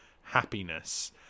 happiness